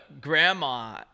grandma